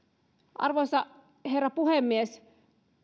arvoisa herra puhemies